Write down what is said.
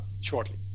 shortly